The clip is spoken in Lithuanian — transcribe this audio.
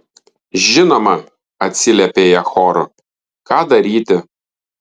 žinoma atsiliepė jie choru ką daryti